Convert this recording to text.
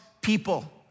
people